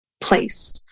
place